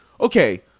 okay